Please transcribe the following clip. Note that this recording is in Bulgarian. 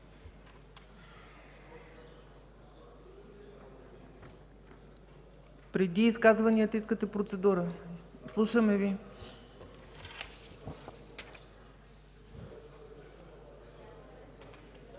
Преди изказванията искате процедура? Слушаме Ви.